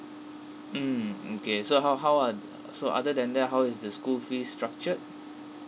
mm okay so how how are so other than that how is the school fees structured